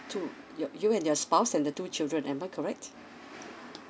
two your you and your spouse and the two children am I correct